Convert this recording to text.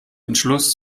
entschluss